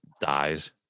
dies